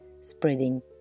spreading